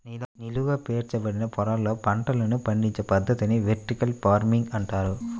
నిలువుగా పేర్చబడిన పొరలలో పంటలను పండించే పద్ధతిని వెర్టికల్ ఫార్మింగ్ అంటారు